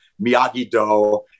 Miyagi-Do